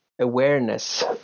awareness